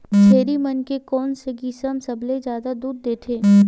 छेरी मन के कोन से किसम सबले जादा दूध देथे?